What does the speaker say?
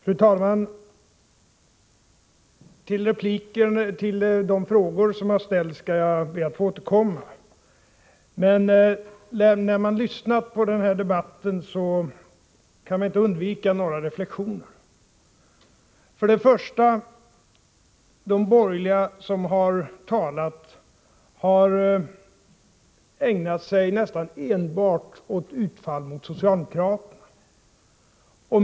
Fru talman! Till de frågor som har ställts ber jag att få återkomma. När man lyssnar på denna debatt, kan man inte undvika att göra några reflektioner. För det första har de borgerliga talarna ägnat sig nästan enbart åt utfall mot socialdemokraterna.